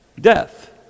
Death